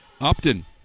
Upton